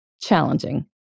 challenging